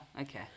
okay